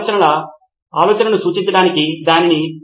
పాఠశాల లోపల ఒక విధమైన మార్కుల అంచనాతో అనుసంధానించబడుతుంది